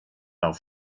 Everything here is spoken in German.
auf